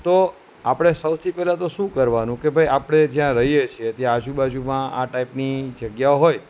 તો આપણે સૌથી પહેલાં તો શું કરવાનું કે ભાઈ આપણે જ્યાં રહીએ છીએ ત્યાં આજુબાજુમાં આ ટાઈપની જગ્યા હોય